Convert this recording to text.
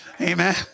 Amen